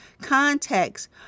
context